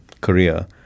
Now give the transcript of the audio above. career